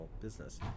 business